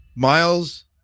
Miles